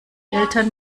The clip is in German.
eltern